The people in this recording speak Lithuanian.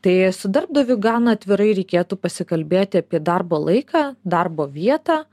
tai su darbdaviu gan atvirai reikėtų pasikalbėti apie darbo laiką darbo vietą